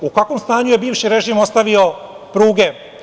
U kakvom stanju je bivši režim ostavio pruge?